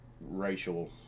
racial